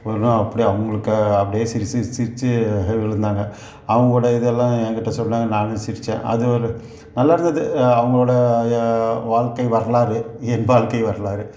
ஒரு நாள் அப்டியே அவங்களுக்கு அப்டியே சிரி சிரி சிரித்து விழுந்தாங்க அவங்களோட இதெல்லாம் எங்கிட்ட சொன்னாங்க நானும் சிரித்தேன் அது ஒரு நல்லாயிருந்துது அவங்களோட வாழ்க்கை வரலாறு என் வாழ்க்கை வரலாறு